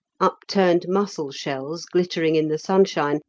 upturned mussel-shells, glittering in the sunshine,